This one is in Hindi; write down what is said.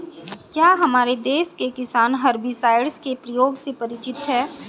क्या हमारे देश के किसान हर्बिसाइड्स के प्रयोग से परिचित हैं?